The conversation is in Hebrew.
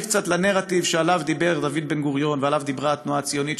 קצת לנרטיב שעליו דיבר דוד בן-גוריון ועליו דיברה התנועה הציונית,